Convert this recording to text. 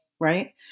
right